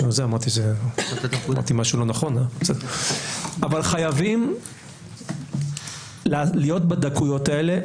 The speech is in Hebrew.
אבל חייבים להיות בדקויות האלה.